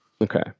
Okay